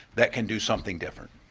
that can do something different?